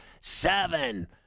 Seven